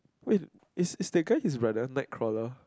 wait is is that guy his brother Nightcrawler